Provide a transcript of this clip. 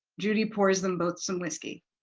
judy pours them both some whiskey.